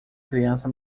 criança